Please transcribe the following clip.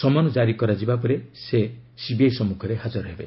ସମନ କାରି କରାଯିବା ପରେ ସେ ସିବିଆଇ ସମ୍ମୁଖରେ ହାଜର ହେବେ